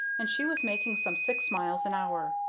and she was making some six miles an hour.